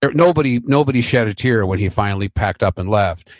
ah nobody nobody shed a tear when he finally packed up and left.